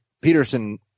Peterson